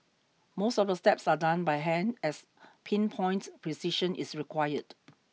most of the steps are done by hand as pin point precision is required